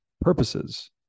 purposes